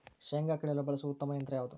ಶೇಂಗಾ ಕೇಳಲು ಬಳಸುವ ಉತ್ತಮ ಯಂತ್ರ ಯಾವುದು?